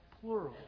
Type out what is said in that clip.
plural